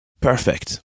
Perfect